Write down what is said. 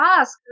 ask